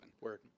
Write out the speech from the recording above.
Word